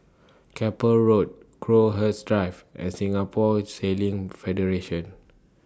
Keppel Road Crowhurst Drive and Singapore Sailing Federation